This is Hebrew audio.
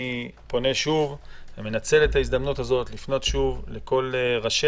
אני מנצל את הזדמנות הזאת לפנות שוב לכל ראשי